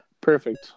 Perfect